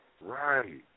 Right